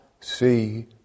see